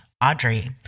Audrey